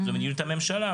מדיניות הממשלה,